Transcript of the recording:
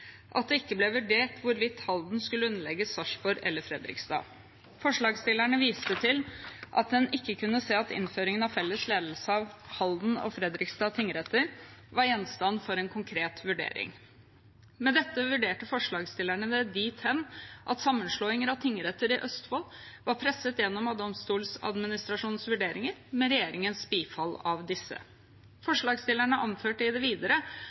at det ikke ble vurdert hvorvidt Halden skulle underlegges Sarpsborg eller Fredrikstad. Forslagsstillerne viste til at en ikke kunne se at innføringen av felles ledelse av Halden og Fredrikstad tingretter var gjenstand for en konkret vurdering. Med dette vurderte forslagsstillerne det dit hen at sammenslåingen av tingretter i Østfold var presset gjennom av Domstoladministrasjonens vurderinger med regjeringens bifall av disse. Forslagsstillerne anførte i det videre